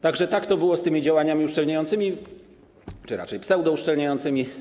Tak że tak to było z tymi działaniami uszczelniającymi, czy raczej pseudouszczelniającymi.